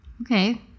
Okay